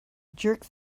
jerk